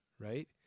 right